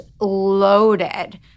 loaded